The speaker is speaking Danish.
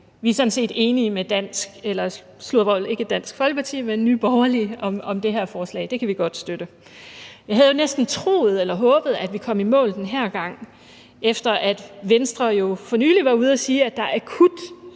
Vi er sådan set enige med Nye Borgerlige om det her forslag, og det kan vi godt støtte. Jeg havde jo næsten troet eller håbet, at vi kom i mål den her gang, efter at Venstre for nylig var ude at sige, at der er akut